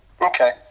Okay